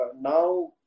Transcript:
now